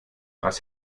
was